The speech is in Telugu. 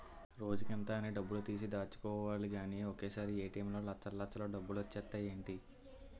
రోజుకింత అని డబ్బుతీసి దాచుకోలిగానీ ఒకసారీ ఏ.టి.ఎం లో లచ్చల్లచ్చలు డబ్బులొచ్చేత్తాయ్ ఏటీ?